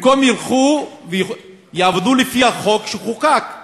במקום שילכו ויעבדו לפי החוק שחוקק,